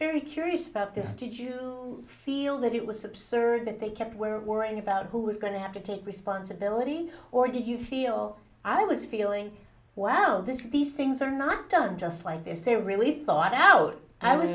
very curious about this did you feel that it was absurd that they kept were worrying about who was going to have to take responsibility or do you feel i was feeling wow this is these things are not done just like this they really thought out i was